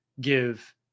give